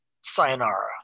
sayonara